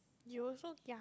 you also ya